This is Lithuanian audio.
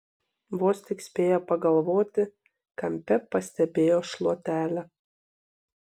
vos tik spėjo pagalvoti kampe pastebėjo šluotelę